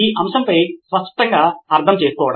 ఈ అంశంపై స్పష్టంగా అర్థం చేసుకోవడం